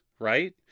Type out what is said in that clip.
right